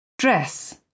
Dress